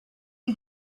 you